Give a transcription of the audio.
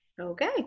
okay